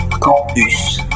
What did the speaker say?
Campus